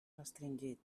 restringit